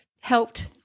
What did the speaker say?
helped